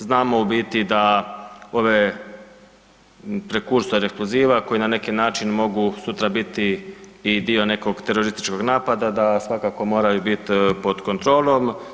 Znamo u biti da ove prekursore eksploziva koji na neki način mogu sutra biti i dio nekog terorističkog napada da svakako moraju bit pod kontrolom.